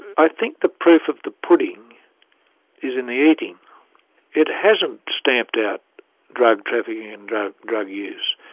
i think the proof of the pudding is in the eating it hasn't stamped out drug trafficking and drug drug use,